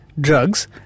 Drugs